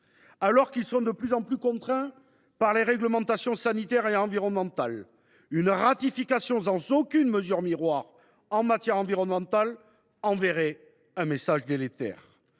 agriculteurs sont de plus en plus contraints par les réglementations sanitaires et environnementales, ratifier ce traité sans prévoir de mesures miroirs en matière environnementale enverrait un message délétère.